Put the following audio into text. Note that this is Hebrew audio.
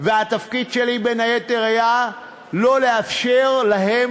התפקיד שלי, בין היתר, היה לא לאפשר להם